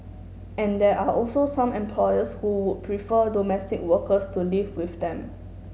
and there are also some employers who would prefer domestic workers to live with them